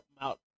out